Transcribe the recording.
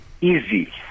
easy